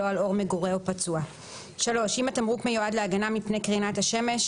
על עור מגורה ופצוע"; (3) אם התמרוק מיועד להגנה מפני קרינת השמש,